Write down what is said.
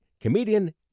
Comedian